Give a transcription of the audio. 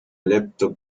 laptop